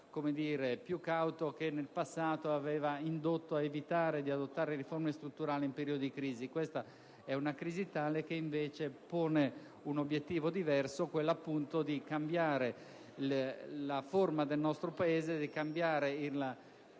più cauto che nel passato aveva indotto a evitare di adottare riforme strutturali in periodi di crisi. Questa è una crisi tale che invece pone un obiettivo diverso, quello appunto di cambiare la forma del nostro Paese, di cambiare la